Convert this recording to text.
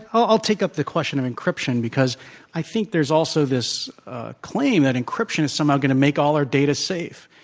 i'll take up the question of encryption because i think there's also this claim that encryption's somehow going to make all our data safe,